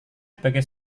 sebagai